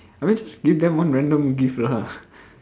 I mean just give them one random gift lah